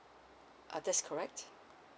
uh that's correct